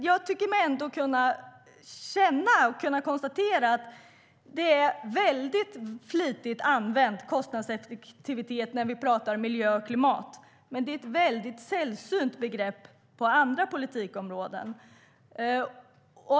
Jag tycker mig ändå kunna konstatera att "kostnadseffektivitet" används flitigt när det handlar om miljö och klimat men att det är ett sällsynt begrepp på andra politikområden.